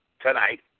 tonight